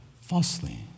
falsely